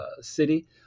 city